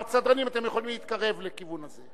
הסדרנים, אתם יכולים להתקרב לכיוון הזה.